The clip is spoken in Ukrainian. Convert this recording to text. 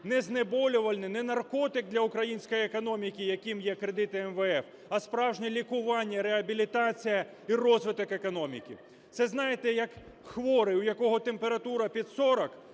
не знеболювальне, не наркотик для української економіки, яким є кредити МВФ, а справжнє лікування, реабілітація і розвиток економіки. Це знає, як хворий, у якого температура під 40,